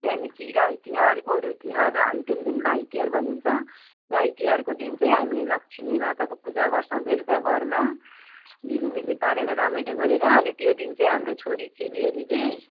त्यहाँदेखि गाई तिहार गोरु तिहार र अन्तिम दिन भाइ तिहार भनिन्छ गाई तिहारको दिन चाहिँ हामी लक्ष्मी माताको पूजा गर्छौँँ बेलुका घरमा झिलिमिली पारेर रमाइलो गरेर अनि त्यो दिन चाहिँ हाम्रो छोरी चेलीहरूले